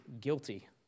guilty